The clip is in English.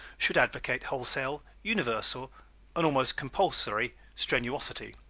should advocate wholesale, universal and almost compulsory strenuosity.